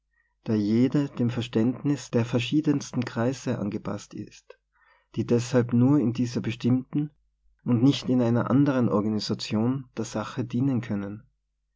da jede dem verständnis der ver schiedensten kreise angepaßt ist die deshalb nur in dieser bestimmten und nicht in einer anderen organisation der sache dienen können